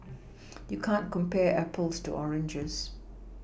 you can't compare Apples to oranges